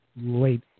late